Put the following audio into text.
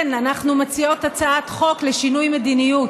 כן, אנחנו מציעות הצעת חוק לשינוי מדיניות.